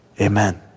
Amen